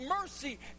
mercy